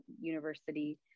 university